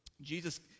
Jesus